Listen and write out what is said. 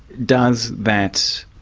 does that,